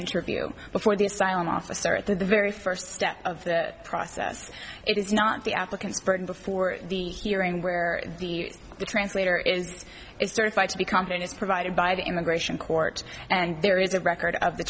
interview before the asylum officer at the very first step of the process it is not the applicant's burton before the hearing where the translator is is certified to be competent as provided by the immigration court and there is a record of the